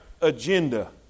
agenda